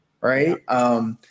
right